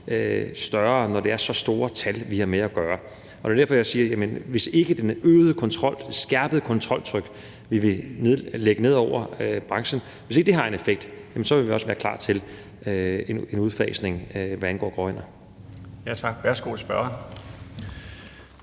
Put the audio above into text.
større, når det er så store tal, vi har med at gøre. Det er jo derfor, jeg siger: Hvis ikke det skærpede kontroltryk, vi vil lægge på branchen, har en effekt, så vil vi også være klar til en udfasning, hvad angår gråænder. Kl. 15:23 Den